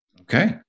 Okay